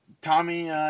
Tommy